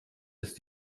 ist